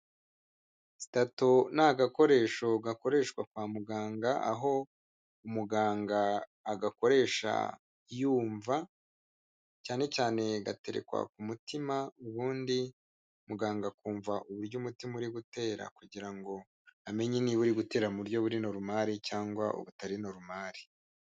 Stato ni agakoresho gakoreshwa kwa muganga aho umuganga agakoresha yumva, cyane cyane gaterekwa ku mutima ubundi muganga akumva uburyo umutima uri gutera kugira ngo amenye niba uri gutera mu buryo buri normal cyangwa butari normal.